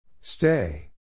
Stay